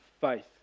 faith